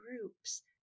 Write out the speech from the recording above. groups